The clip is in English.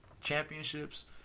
championships